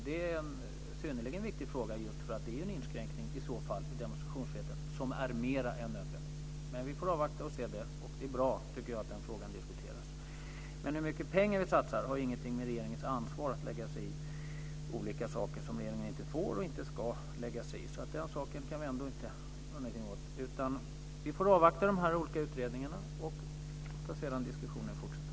Det är en synnerligen viktig fråga, just om det är en inskränkning i demonstrationsfriheten som är mer än nödvändig. Det är bra att den frågan diskuteras. Hur mycket pengar vi satsar har ingenting att göra med regeringens ansvar, att lägga sig i olika saker som regeringen inte får och inte ska lägga sig i. Den saken kan vi ändå inte göra någonting åt. Vi får avvakta de här olika utredningarna, och sedan får diskussionen fortsätta.